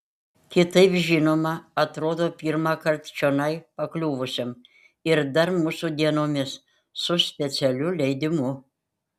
kitaip žinoma atrodo pirmąkart čionai pakliuvusiam ir dar mūsų dienomis su specialiu leidimu